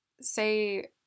say